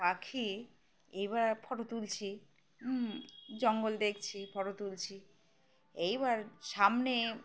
পাখি এইবার ফোটো তুলছি জঙ্গল দেখছি ফোটো তুলছি এইবার সামনে